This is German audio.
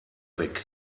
weg